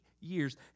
years